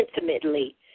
intimately